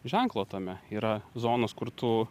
ženklo tame yra zonos kur tu